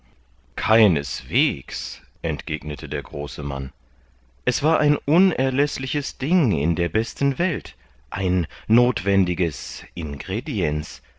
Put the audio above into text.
keineswegs entgegnete der große mann es war ein unerläßliches ding in der besten welt ein nothwendiges ingrediens